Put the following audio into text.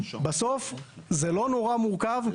בסוף זה לא נורא מורכב.